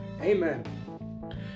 Amen